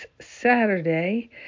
Saturday